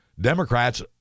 Democrats